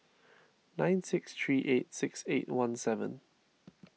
nine six three eight six eight one seven